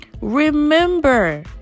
Remember